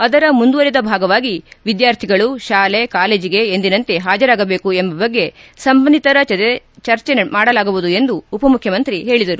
ಅದರ ಮುಂದುವರೆದ ಭಾಗವಾಗಿ ವಿದ್ಯಾರ್ಥಿಗಳು ತಾಲೆ ಕಾಲೇಜಿಗೆ ಎಂದಿನಿಂದ ಹಾಜರಾಗಬೇಕು ಎಂಬ ಬಗ್ಗೆ ಸಂಬಂಧಿತರ ಜತೆ ಚರ್ಚೆ ಮಾಡಲಾಗುವುದು ಎಂದು ಉಪ ಮುಖ್ಯಮಂತ್ರಿ ಹೇಳಿದರು